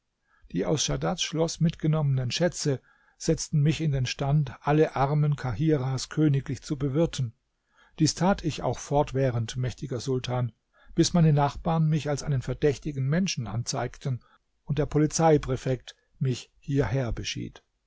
die aus schadads schloß mitgenommenen schätze setzten mich in den stand alle armen kahiras königlich zu bewirten dies tat ich auch fortwährend mächtiger sultan bis meine nachbarn mich als einen verdächtigen menschen anzeigten und der polizeipräfekt mich hierher beschied